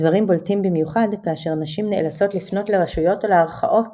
הדברים בולטים במיוחד כאשר נשים נאלצות לפנות לרשויות ולערכאות